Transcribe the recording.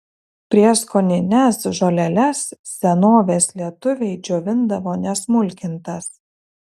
prieskonines žoleles senovės lietuviai džiovindavo nesmulkintas